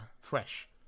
Fresh